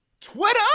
Twitter